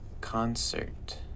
concert